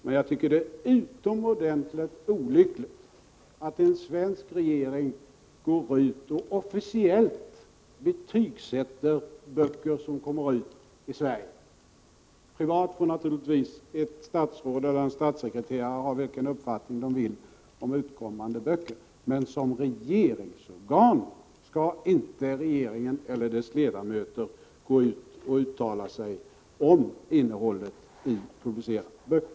Men jag tycker det är utomordentligt olyckligt att en svensk regering går ut och officiellt betygsätter böcker som kommer ut i Sverige. Privat får naturligtvis ett statsråd eller en statssekreterare ha vilken uppfattning vederbörande vill om utkommande böcker. Men som statsorgan skall inte regeringen — och då inte heller dess ledamöter — uttala sig om innehållet i publicerade böcker.